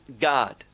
god